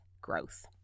growth